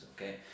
okay